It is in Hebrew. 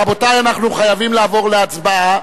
רבותי, אנחנו חייבים לעבור להצבעה.